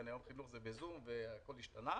היום חינוך זה בזום והכול השתנה,